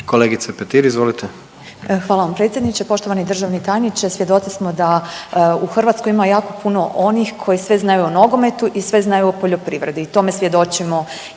Marijana (Nezavisni)** Hvala vam predsjedniče. Poštovani državni tajniče svjedoci smo da u Hrvatskoj ima jako puno onih koji sve znaju o nogometu i sve znaju o poljoprivredi